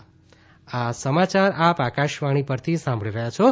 corona સંદેશ આ સમાચાર આપ આકાશવાણી પરથી સાંભળી રહ્યા છો